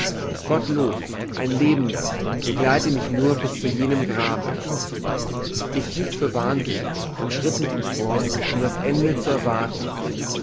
gottlob ein lebender begleite mich nur bis zu jenem grabe ich hielts für wahnsinn und schritt mit ihm fort um das ende zu erwarten